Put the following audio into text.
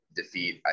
defeat